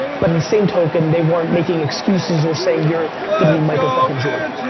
but in the same token, they weren't making excuses or saying you're gonna be michael fuckin' jordan.